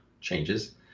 changes